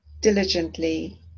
diligently